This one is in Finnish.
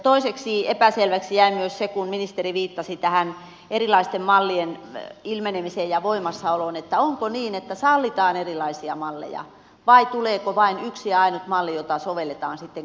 toiseksi epäselväksi jäi myös se kun ministeri viittasi tähän erilaisten mallien ilmenemiseen ja voimassaoloon onko niin että sallitaan erilaisia malleja vai tuleeko vain yksi ja ainut malli jota sovelletaan sitten koko maahan